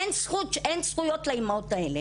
אין זכויות לאימהות האלה.